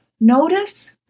Notice